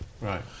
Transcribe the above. Right